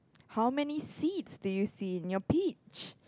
how many seeds do you see in your peach